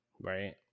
Right